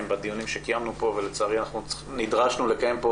בדיונים שקיימנו כאן ולצערי אנחנו נדרשנו לקיים כאן